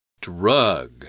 Drug